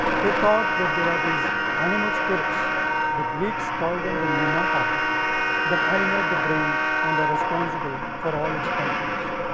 he thought that there are these animal spirits the greeks called them the newmata that animate the brain and are responsible for all it is functions.